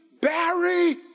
Barry